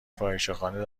فاحشهخانه